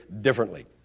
differently